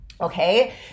okay